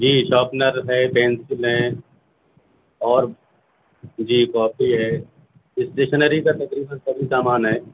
جی sharpener ہے pencil ہے اور جی کاپی ہے اسٹیشنری کا تقریباً سبھی سامان ہے